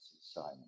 Simon